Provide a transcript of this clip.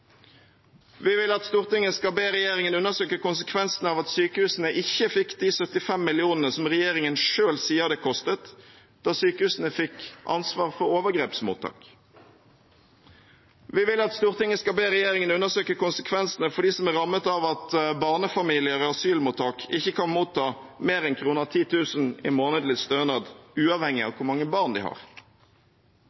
Vi vil at Stortinget skal be regjeringen undersøke konsekvensene av at sykehusene ikke fikk de 75 mill. kr som regjeringen selv sier det kostet da sykehusene fikk ansvar for overgrepsmottak. Vi vil at Stortinget skal be regjeringen undersøke konsekvensene for dem som er rammet av at barnefamilier i asylmottak ikke kan motta mer enn 10 000 kr i månedlig stønad, uavhengig av